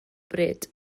bryd